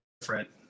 different